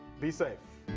be safe.